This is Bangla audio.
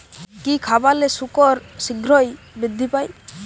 কি খাবালে শুকর শিঘ্রই বৃদ্ধি পায়?